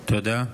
תודה.